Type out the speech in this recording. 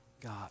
God